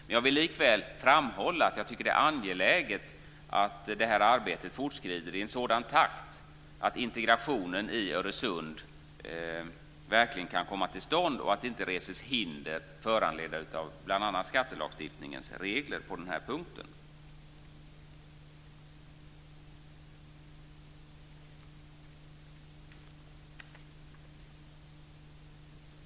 Men jag vill likväl framhålla att jag tycker att det är angeläget att det här arbetet fortskrider i en sådan takt att integrationen i Öresundsområdet verkligen kan komma till stånd och att det inte reses hinder föranledda av bl.a. skattelagstiftningens regler.